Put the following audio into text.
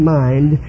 mind